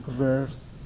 verse